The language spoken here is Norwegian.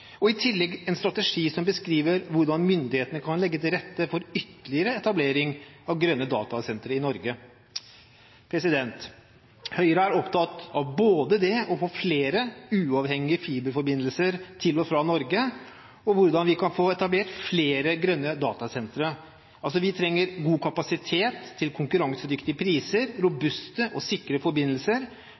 og for det andre en strategi som beskriver hvordan myndighetene kan legge til rette for ytterligere etablering av grønne datasentre i Norge. Høyre er opptatt både av det å få flere uavhengige fiberforbindelser til og fra Norge og av hvordan vi kan få etablert flere grønne datasentre. Vi trenger god kapasitet til konkurransedyktige priser, robuste og sikre forbindelser